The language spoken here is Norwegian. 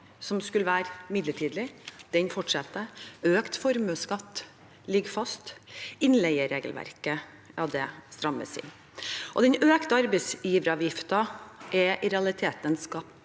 som skulle være midlertidig, fortsetter. Økt formuesskatt ligger fast. Innleieregelverket strammes inn. Den økte arbeidsgiveravgiften er i realiteten skatt